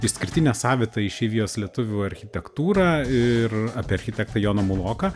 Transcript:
išskirtinę savitą išeivijos lietuvių architektūrą ir apie architektą joną muloką